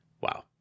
Wow